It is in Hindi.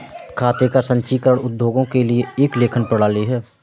खाते का संचीकरण उद्योगों के लिए एक लेखन प्रणाली है